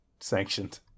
sanctioned